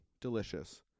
delicious